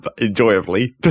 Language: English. Enjoyably